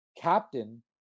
Captain